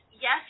yes